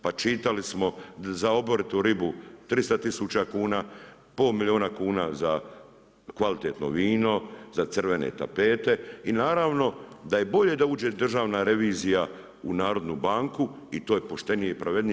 Pa čitali smo za … ribu 300 tisuća kuna, pola milijuna kuna za kvalitetno vino, za crvene tapete i naravno da je bolje da uđe Državna revizija u Narodnu banku i to je poštenije, pravednije.